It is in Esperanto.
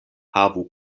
havu